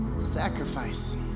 sacrifice